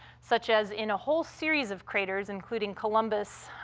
such as in a whole series of craters, including columbus,